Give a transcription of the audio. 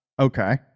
Okay